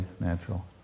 natural